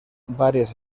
varias